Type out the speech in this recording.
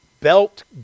belt